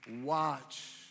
Watch